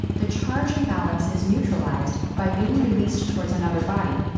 the charge imbalance is neutralized by being released towards another body,